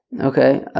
Okay